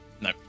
No